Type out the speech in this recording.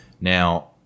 Now